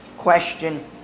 Question